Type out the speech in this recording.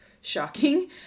shocking